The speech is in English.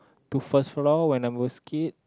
to first floor when I was a kid